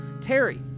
Terry